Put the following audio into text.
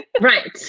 Right